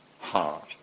heart